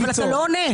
אבל אתה לא עונה.